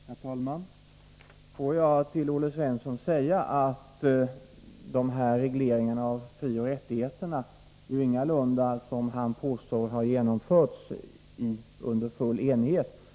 Herr talman! Låt mig säga till Olle Svensson att regleringen av frioch rättigheterna ingalunda har, som han påstår, genomförts i full enighet.